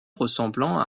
ressemblant